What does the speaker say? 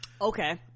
okay